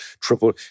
triple